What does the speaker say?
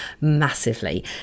massively